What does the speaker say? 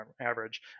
average